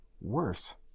worse